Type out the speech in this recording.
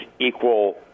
equal –